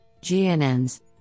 GNNs